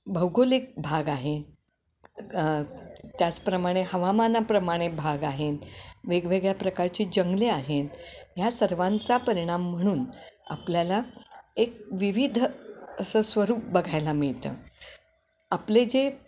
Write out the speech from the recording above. भौगोलिक भाग आहे त्याचप्रमाणे हवामानाप्रमाणे भाग आहे वेगवेगळ्या प्रकारचे जंगले आहेत ह्या सर्वांचा परिणाम म्हणून आपल्याला एक विविध असं स्वरूप बघायला मिळतं आपले जे